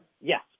Yes